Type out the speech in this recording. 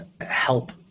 help